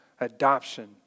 adoption